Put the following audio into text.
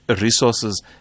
resources